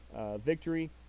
victory